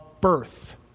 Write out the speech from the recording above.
birth